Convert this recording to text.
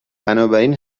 بنابراین